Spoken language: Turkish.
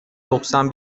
doksan